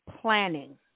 planning